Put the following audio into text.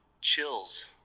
chills